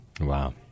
Wow